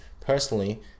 personally